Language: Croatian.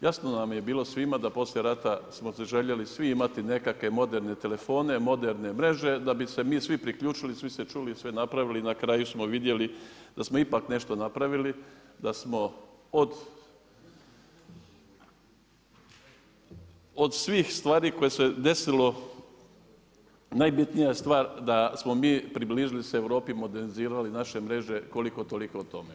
Jasno nam je bilo svima da poslije rata smo si željeli svi imati nekakve moderne telefone, moderne mreže da bi se mi svi priključili, svi se čuli i sve napravili i na kraju smo vidjeli da smo ipak nešto napravili, da smo od svih stvari koje su se desile, najbitnija je stvar da smo mi približili se Europi, modernizirali naše mreže, koliko toliko o tome.